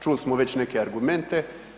Čuli smo već neke argumente.